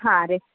ಹಾಂ ರೀ